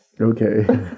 Okay